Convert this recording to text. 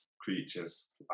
creatures